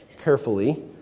carefully